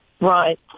Right